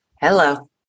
Hello